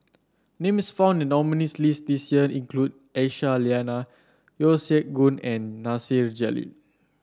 names found in the nominees' list this year include Aisyah Lyana Yeo Siak Goon and Nasir Jalil